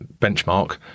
benchmark